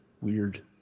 Weird